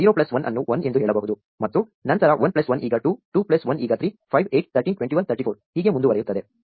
0 plus 1 ಅನ್ನು 1 ಎಂದು ಹೇಳಬಹುದು ಮತ್ತು ನಂತರ 1 ಪ್ಲಸ್ 1 ಈಗ 2 2 ಪ್ಲಸ್ 1 ಈಗ 3 5 8 13 21 34 ಹೀಗೆ ಮುಂದುವರೆಯುತ್ತದೆ